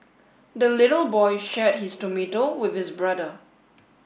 the little boy shared his tomato with his brother